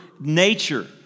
nature